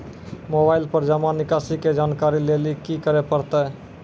Mobile पर जमा निकासी के जानकरी लेली की करे परतै?